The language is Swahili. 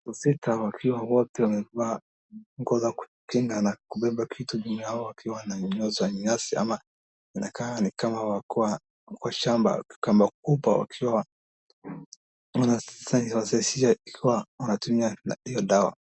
Wasita wakiwa wote wamevaa nguo za kukinga na kubeba kitu juu yao wakiwa wana na nyunyuza nyasi ama inakaa ni kama wako kwa shamba kama kubwa wakiwa wazeshea ikiwa wanatumia hiyo dawa.